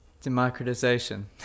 Democratization